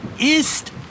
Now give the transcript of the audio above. ist